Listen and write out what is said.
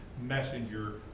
messenger